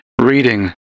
reading